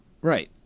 Right